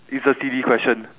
it's a silly question